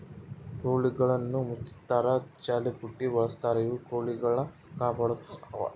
ಕೋಳಿಗುಳ್ನ ಮುಚ್ಚಕ ಜಲ್ಲೆಪುಟ್ಟಿ ಬಳಸ್ತಾರ ಇವು ಕೊಳಿಗುಳ್ನ ಕಾಪಾಡತ್ವ